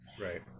Right